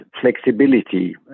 flexibility